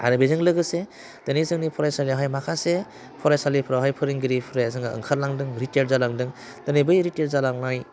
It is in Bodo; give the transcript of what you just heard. आरो बेजों लोगोसे दिनै जोंनि फरायसालियावहाय माखासे फरायसालिफ्रावहाय फोरोंगिरिफोरा जोङो ओंखारलांदों रिटेयार जालांदों दिनै बै रिटेयार जालांनाय